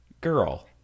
Girl